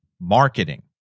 marketing